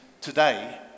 today